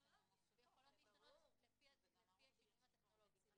ויכולות להשתנות לפי השינויים הטכנולוגיים.